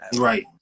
right